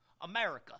America